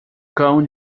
cão